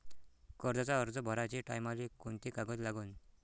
कर्जाचा अर्ज भराचे टायमाले कोंते कागद लागन?